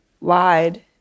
lied